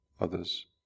others